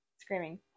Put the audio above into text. Screaming